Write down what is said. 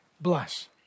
bless